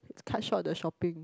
it's cut short the shopping